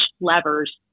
levers